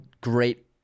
great –